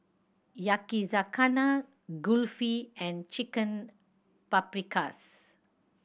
Yakizakana Kulfi and Chicken Paprikas